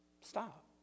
Stop